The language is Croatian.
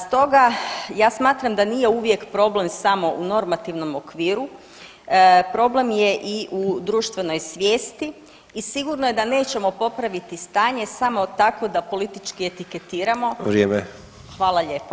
Stoga ja smatram da nije uvijek problem samo u normativnom okviru, problem je i u društvenoj svijesti i sigurno je da nećemo popraviti stanje samo tako da politički etiketiramo [[Upadica: Vrijeme]] Hvala lijepo.